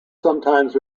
sometimes